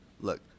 Look